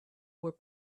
were